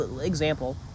example